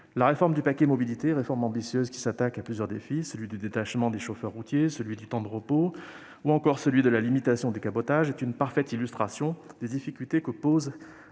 La réforme du paquet mobilité est ambitieuse. Elle s'attaque à plusieurs défis : le détachement des chauffeurs routiers, le temps de repos ou encore la limitation du cabotage. C'est une parfaite illustration des difficultés que pose